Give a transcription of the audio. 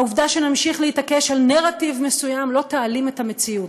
העובדה שנמשיך להתעקש על נרטיב מסוים לא תעלים את המציאות.